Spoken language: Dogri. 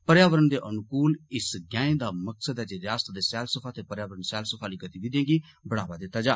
पर्यावरण दे अनूकुल इस गैंऽ दा मकसद ऐ जे रियासता दे सैलसफा ते पर्यावरण सैलसफा आह्ली गतिविधिएं गी बढ़ावा दिता जा